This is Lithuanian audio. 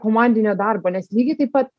komandinio darbo nes lygiai taip pat